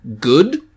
good